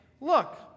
Look